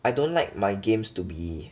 I don't like my games to be